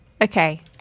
Okay